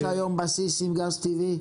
יש היום בסיס עם גז טבעי?